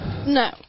No